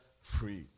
free